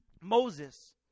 Moses